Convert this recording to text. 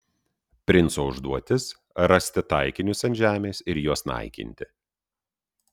princo užduotis rasti taikinius ant žemės ir juos naikinti